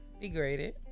degraded